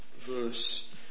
verse